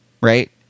right